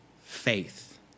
faith